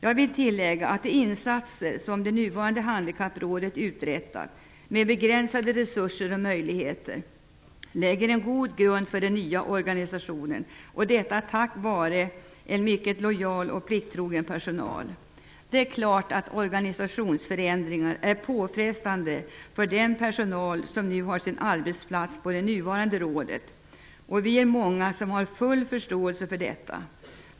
Jag vill tillägga att de insatser som det nuvarande handikapprådet har åstadkommit med begränsade resurser och möjligheter utgör en god grund för den nya organisationen -- detta tack vare en mycket lojal och plikttrogen personal. Det är klart att organisationsförändringar är påfrestande för den personal som har sin arbetsplats i det nuvarande rådet. Vi är många som har full förståelse för det.